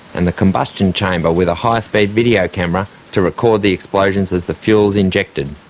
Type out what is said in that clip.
and the combustion chamber with a high-speed video camera to record the explosions as the fuel is injected.